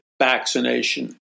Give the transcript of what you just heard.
vaccination